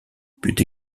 put